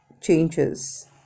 changes